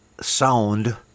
sound